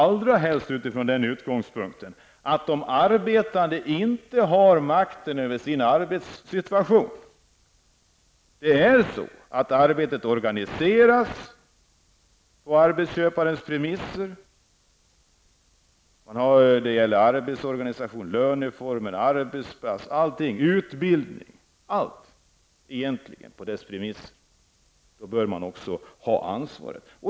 Detta ansvar bör utformas med utgångspunkt i att de arbetande inte har makten över sin arbetssituation. Det är så att arbetet organiseras på arbetsköparens premisser. Det gäller arbetsorganisation, löneform, arbetspass, utbildning, egentligen allt, därför bör arbetsköparen också ha ansvaret.